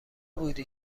بودی